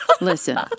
Listen